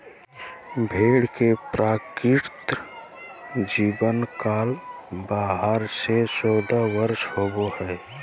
भेड़ के प्राकृतिक जीवन काल बारह से चौदह वर्ष होबो हइ